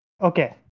okay